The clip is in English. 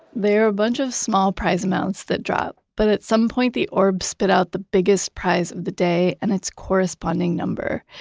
ah bunch of small prize amounts that drop but at some point, the orbs spit out the biggest prize of the day and its corresponding number.